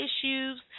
issues